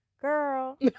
Girl